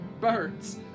Birds